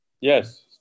Yes